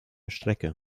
strecke